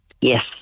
Yes